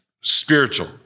spiritual